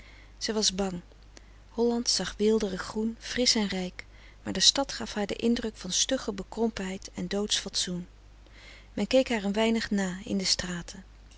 zij was bang holland zag weelderig groen frisch en rijk maar de stad gaf haar den indruk van stugge bekrompenheid en doodsch fatsoen men keek haar een weinig na in de straten